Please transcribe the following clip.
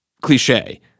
cliche